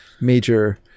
major